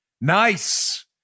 Nice